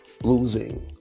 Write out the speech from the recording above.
Losing